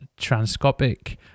Transcopic